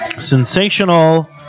sensational